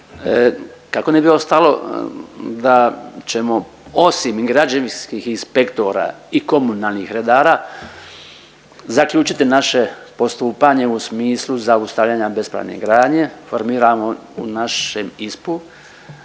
kako ne bi ostalo da ćemo osim građevinskih inspektora i komunalnih redara zaključiti naše postupanje u smislu zaustavljanja bespravne gradnje, formiramo u našem ISPU,